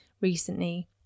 recently